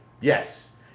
yes